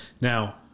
Now